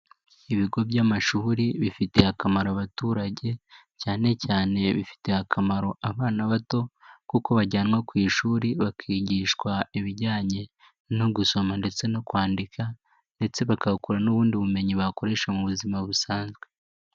Ibigo by'amashuri bifitiye akamaro abaturage, cyane cyane bifitiye akamaro abana bato, kuko bajyanwa ku ishuri bakigishwa ibijyanye no gusoma ndetse no kwandika ndetse bakahakura n'ubundi bumenyi bakoresha mu buzima busanzwe.